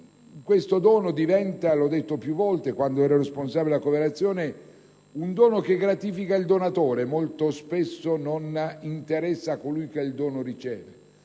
questo dono - l'ho detto più volte quando ero responsabile della cooperazione - gratifica il donatore ma molto spesso non interessa colui che lo riceve,